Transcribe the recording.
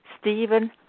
Stephen